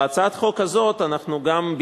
בהצעת החוק הזאת אנחנו גם,